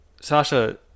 Sasha